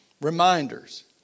reminders